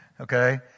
Okay